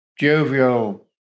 jovial